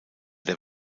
der